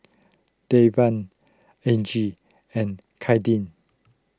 Davin Angie and Kadin